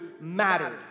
mattered